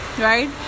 right